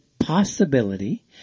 possibility